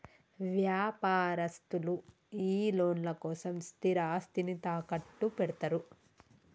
వ్యాపారస్తులు ఈ లోన్ల కోసం స్థిరాస్తిని తాకట్టుపెడ్తరు